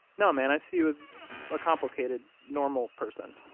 no, man, i see you as a complicated, normal person.